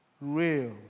real